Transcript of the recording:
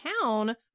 town